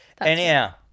Anyhow